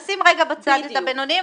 נשים לרגע בצד את הבינוניים.